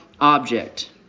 object